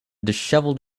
disheveled